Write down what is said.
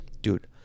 Dude